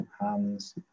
hands